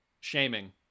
shaming